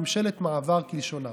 ממשלת מעבר כלשונם.